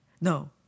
No